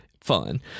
fun